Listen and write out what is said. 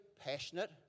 passionate